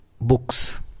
books